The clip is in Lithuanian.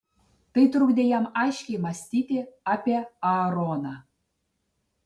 tai trukdė jam aiškiai mąstyti apie aaroną